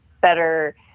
better